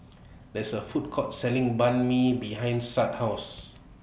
There IS A Food Court Selling Banh MI behind Shad's House